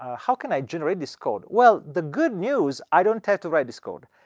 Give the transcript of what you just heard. how can i generate this code? well, the good news, i don't have to write this code.